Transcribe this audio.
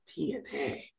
TNA